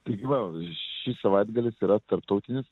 taigi va šis savaitgalis yra tarptautinis